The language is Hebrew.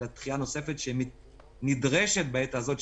אלא על דחייה נוספת שנדרשת בעת הזאת,